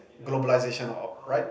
globalization or right